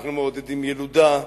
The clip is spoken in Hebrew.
אנחנו מעודדים ילודה,